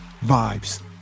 vibes